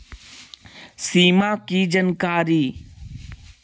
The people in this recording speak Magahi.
सिमा कि जानकारी?